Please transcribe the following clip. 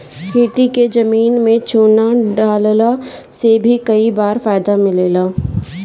खेती के जमीन में चूना डालला से भी कई बार फायदा मिलेला